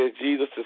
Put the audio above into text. Jesus